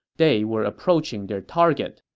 they were approaching their target.